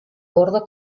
bordo